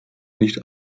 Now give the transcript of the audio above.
nicht